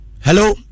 Hello